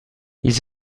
ils